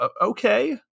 Okay